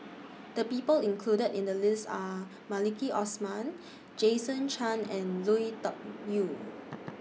The People included in The list Are Maliki Osman Jason Chan and Lui Tuck Yew